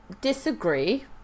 disagree